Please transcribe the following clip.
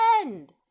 end